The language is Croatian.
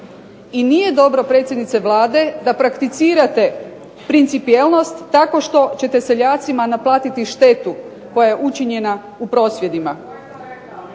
I nije dobro predsjednice Vlade da prakticirate principijelnost tako što ćete seljacima naplatiti štetu koja je učinjena u prosvjedima.